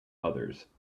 others